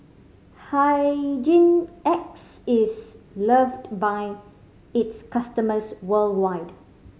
Hygin X is loved by its customers worldwide